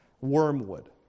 Wormwood